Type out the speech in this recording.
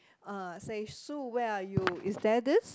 uh say Sue where are you is there this